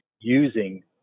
using